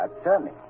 attorney